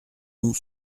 ont